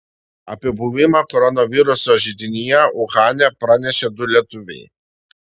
apie buvimą koronaviruso židinyje uhane pranešė du lietuviai